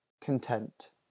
content